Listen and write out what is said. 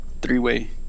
three-way